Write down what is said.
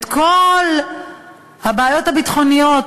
את כל הבעיות הביטחוניות,